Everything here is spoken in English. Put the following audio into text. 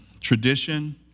tradition